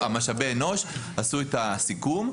ומשאבי אנוש עשו את הסיכום,